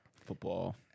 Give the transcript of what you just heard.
football